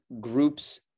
groups